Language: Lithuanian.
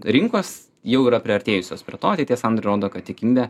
rinkos jau yra priartėjusios prie to ateities atrodo kad tikimybė